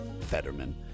Fetterman